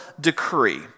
decree